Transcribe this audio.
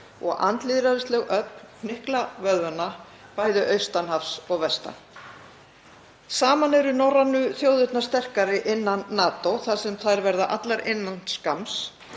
og andlýðræðisleg öfl hnykla vöðvana, bæði austan hafs og vestan. Saman eru norrænu þjóðirnar sterkari innan NATO þar sem þær verða allar innan skamms.